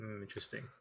interesting